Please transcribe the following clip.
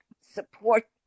support